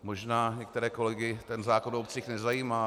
Možná některé kolegy ten zákon o obcích nezajímá...